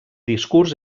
discurs